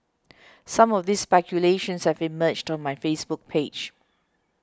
some of these speculations have emerged on my Facebook page